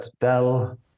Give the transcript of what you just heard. Dell